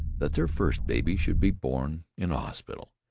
that their first baby should be born in a hospital.